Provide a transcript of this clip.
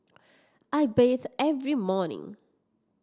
I bathe every morning